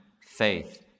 faith